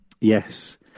Yes